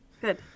Good